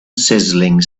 sizzling